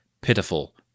pitiful